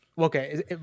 Okay